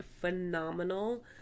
phenomenal